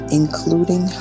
including